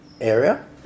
area